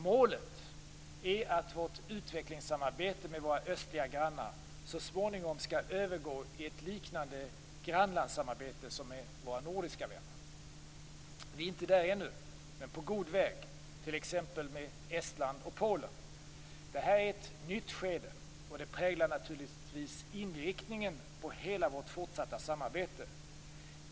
Målet är att utvecklingssamarbetet med våra östliga grannar så småningom skall övergå i ett liknande grannlandssamarbete som det vi har med våra nordiska vänner. Vi är inte där ännu - men på god väg. Det gäller t.ex. Estland och Polen. Detta är ett nytt skede, och det präglar naturligtvis inriktningen på hela vårt fortsatta samarbete.